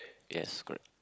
yes correct